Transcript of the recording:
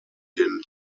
den